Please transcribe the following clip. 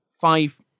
five